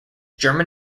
german